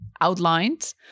outlined